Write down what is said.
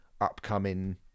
upcoming